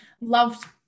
Loved